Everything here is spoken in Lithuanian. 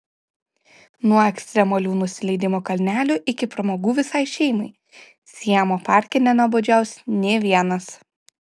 nuo ekstremalių nusileidimo kalnelių iki pramogų visai šeimai siamo parke nenuobodžiaus nė vienas